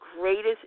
greatest